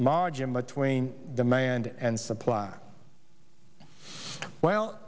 margin between demand and supply well